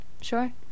sure